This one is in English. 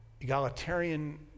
egalitarian